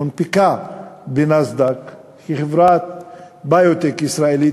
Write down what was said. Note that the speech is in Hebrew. הונפקה בנאסד"ק כחברת ביו-טק ישראלית